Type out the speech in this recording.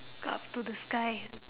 up to the sky